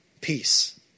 Peace